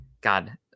God